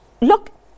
Look